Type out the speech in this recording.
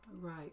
Right